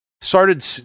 started